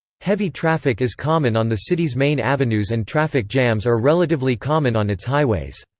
heavy traffic is common on the city's main avenues and traffic jams are relatively common on its highways.